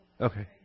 Okay